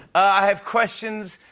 i have questions.